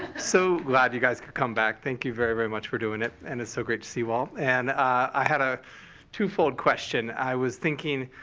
so glad you guys could come back. thank you very, very much for doing it, and it's so great to see you all. and i had a twofold question. i was thinking,